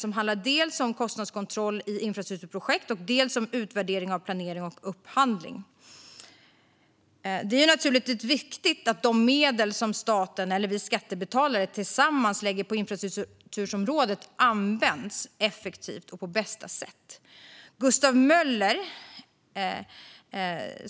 De handlar dels om kostnadskontroll i infrastrukturprojekt, dels om utvärdering av planering och upphandling. Det är naturligtvis viktigt att de medel som staten eller vi skattebetalare tillsammans lägger på infrastrukturområdet används effektivt och på bästa sätt.